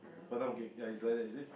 Batam cake ya is like that is it